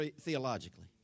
theologically